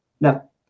No